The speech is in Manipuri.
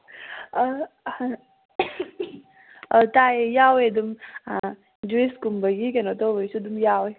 ꯇꯥꯏꯌꯦ ꯌꯥꯎꯋꯦ ꯑꯗꯨꯝ ꯖꯨꯏꯁꯀꯨꯝꯕꯒꯤ ꯑꯗꯨꯝ ꯀꯩꯅꯣ ꯇꯧꯕꯒꯤꯁꯨ ꯑꯗꯨꯝ ꯌꯥꯎꯋꯦ